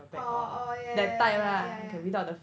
oh oh yeah yeah yeah yeah yeah yeah